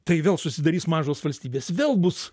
tai vėl susidarys mažos valstybės vėl bus